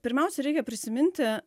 pirmiausia reikia prisiminti